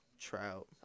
Trout